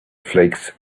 flakes